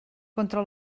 contra